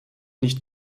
nicht